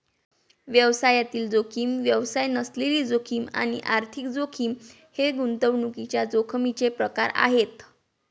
व्यवसायातील जोखीम, व्यवसाय नसलेली जोखीम आणि आर्थिक जोखीम हे गुंतवणुकीच्या जोखमीचे प्रकार आहेत